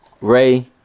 Ray